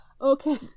Okay